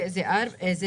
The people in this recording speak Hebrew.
אני רוצה